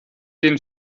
den